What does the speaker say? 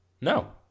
No